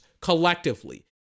collectively